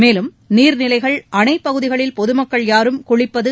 மேலும் நீர்நிலைகள் அணைப்பகுதிகளில் பொது மக்கள் யாரும் குளிப்பது